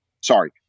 sorry